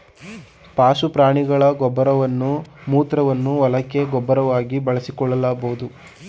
ಪಶು ಪ್ರಾಣಿಗಳ ಗೊಬ್ಬರವನ್ನು ಮೂತ್ರವನ್ನು ಹೊಲಕ್ಕೆ ಗೊಬ್ಬರವಾಗಿ ಬಳಸಿಕೊಳ್ಳಬೋದು